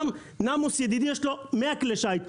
גם לנאמוס, ידידי, יש 100 כלי שיט.